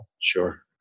Sure